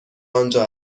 آنجا